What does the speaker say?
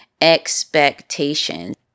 expectations